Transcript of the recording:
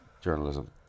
Journalism